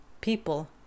people